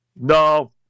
No